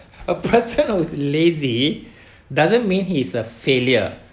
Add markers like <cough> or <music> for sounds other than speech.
a person <laughs> who is lazy doesn't mean he is a failure